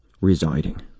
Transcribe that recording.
Residing